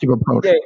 approach